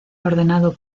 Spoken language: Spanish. ordenado